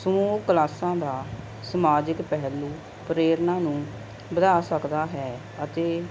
ਸਮੂਹ ਕਲਾਸਾਂ ਦਾ ਸਮਾਜਿਕ ਪਹਿਲੂ ਪ੍ਰੇਰਨਾ ਨੂੰ ਵਧਾ ਸਕਦਾ ਹੈ ਅਤੇ